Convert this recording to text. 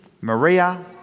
Maria